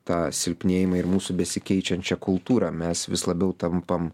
tą silpnėjimą ir mūsų besikeičiančią kultūrą mes vis labiau tampam